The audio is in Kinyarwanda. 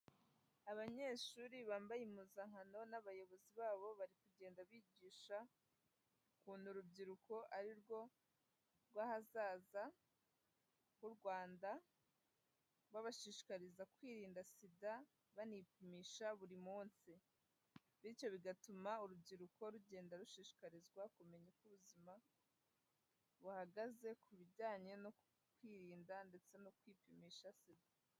Abanyeshuri bambaye impuzankano n'abayobozi babo bari kugenda bigisha ukuntu urubyiruko ari rwo rw'ahazaza h'u Rwanda, babashishikariza kwirinda SIDA banipimisha buri munsi, bityo bigatuma urubyiruko rugenda rushishikarizwa kumenya uko ubuzima buhagaze ku bijyanye no kwirinda ndetse no kwipimisha SIDA.